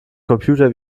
computer